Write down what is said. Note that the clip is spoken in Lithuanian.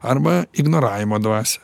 arba ignoravimo dvasią